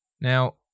Now